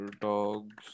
Dogs